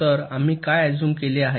तर आम्ही काय अझूम केले आहे